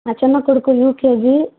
మా చెన్నకోడుకు యూకేజీ